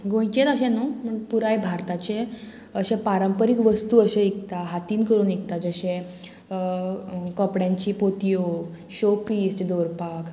गोंयचेच अशें न्हू पूण पुराय भारताचे अशे पारंपारीक वस्तू अशे विकता हातीन करून विकता जशे कपड्यांची पोतयो शो पीस जे दवरपाक